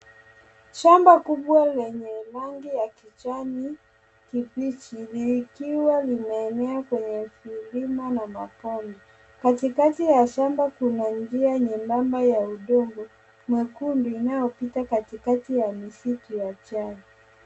Shamba kubwa lenye rangi ya kijani kibichi likiwa limeenea kwenye milima na mabonde. Katikati ya shamba kuna njia nyembamba ya udongo mwekundu inayopita katikati ya misitu ya chai.